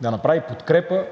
да направи подкрепа